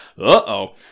Uh-oh